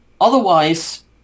Otherwise